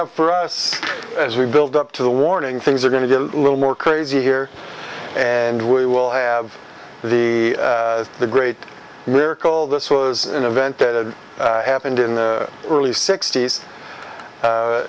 up for us as we build up to the warning things are going to get a little more crazy here and we will have the the great miracle this was an event that happened in the early sixt